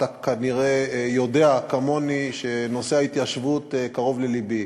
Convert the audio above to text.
אתה כנראה יודע כמוני שנושא ההתיישבות קרוב ללבי.